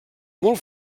molt